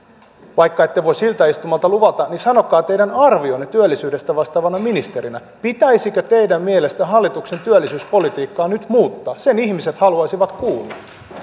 vaikka ette voi siltä istumalta luvata niin sanokaa teidän arvionne työllisyydestä vastaavana ministerinä pitäisikö teidän mielestänne hallituksen työllisyyspolitiikkaa nyt muuttaa sen ihmiset haluaisivat kuulla